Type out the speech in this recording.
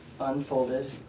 unfolded